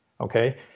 okay